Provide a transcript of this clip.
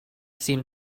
seem